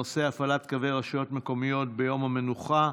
קווי רשויות מקומיות ביום המנוחה.